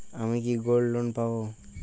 আমি কি gold loan পাবো?